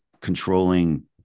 controlling